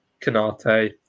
Canate